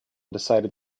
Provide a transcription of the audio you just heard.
decided